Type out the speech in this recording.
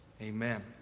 Amen